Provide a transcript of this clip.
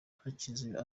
hakiza